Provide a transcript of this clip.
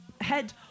head